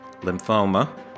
lymphoma